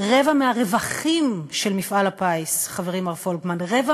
רבע מהרווחים של מפעל הפיס, חברי מר פולקמן, רבע